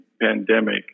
pandemic